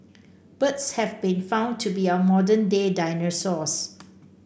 birds have been found to be our modern day dinosaurs